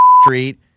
street